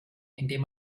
indem